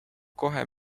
kohe